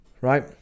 Right